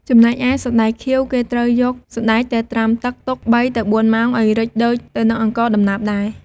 ចំណែកឯ «សណ្ដែកខៀវ» គេត្រូវយកសណ្ដែកទៅត្រាំទឹកទុក ៣ទៅ៤ម៉ោង ឱ្យរីកដូចទៅនឹងអង្ករដំណើបដែរ។